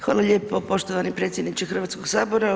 Hvala lijepo poštovani predsjedniče Hrvatskog sabora.